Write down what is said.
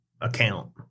account